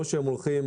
או שהם הולכים.